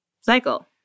cycle